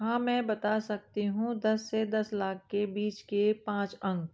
हाँ मैं बता सकती हूँ दस से दस लाख के बीच के पाँच अंक